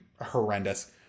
horrendous